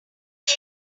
pay